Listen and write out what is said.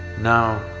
now,